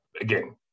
again